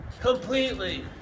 Completely